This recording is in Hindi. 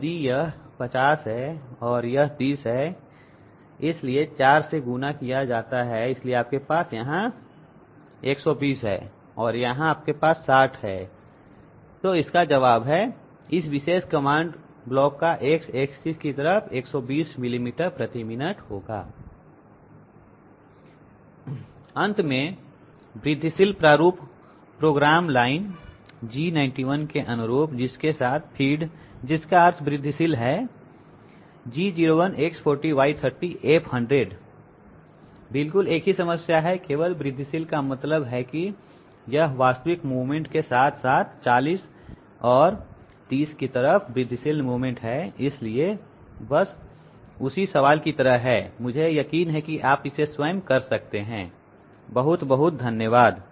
यदि यह कर्ण 50 है तो यह 30 है इसलिए 4 से गुणा किया जाता है और इसलिए आपके पास यहां 120 है और यहां आपके पास 160 है तो इसका जवाब है इस विशेष कमांड ब्लॉक का X एक्सीस की तरफ फीड 120 मिलीमीटर प्रति मिनट होगा अंत में वृद्धिशीलप्रारूप प्रोग्राम लाइन G91 के अनुरूप जिसके साथ फीड है जिसका अर्थ वृद्धिशील है G01 X40 Y30 F100 बिल्कुल एक ही समस्या है केवल वृद्धिशील का मतलब है कि यह वास्तविक मूवमेंट के साथ 40 और 30 के तरफ वृद्धिशील मूवमेंट है इसलिए बस उसी सवाल की तरह है मुझे यकीन है कि आप इसे स्वयं कर सकते हैं बहुत बहुत धन्यवाद